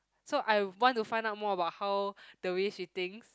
so I want to find out more about how the way she thinks